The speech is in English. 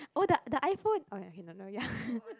oh the the iPhone oh ya no no ya